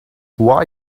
why